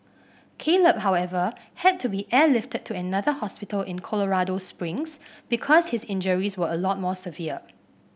Caleb however had to be airlifted to another hospital in Colorado Springs because his injuries were a lot more severe